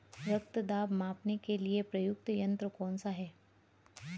रक्त दाब मापने के लिए प्रयुक्त यंत्र कौन सा है?